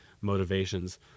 motivations